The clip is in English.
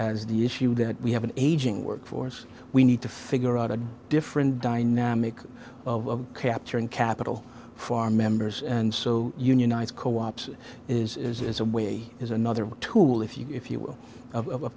as the issue that we have an aging workforce we need to figure out a different dynamic of capture and capital for our members and so unionized co ops is a way is another tool if you if you will of